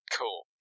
Cool